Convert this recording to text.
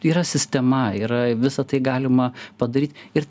yra sistema ir visa tai galima padaryt ir